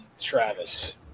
Travis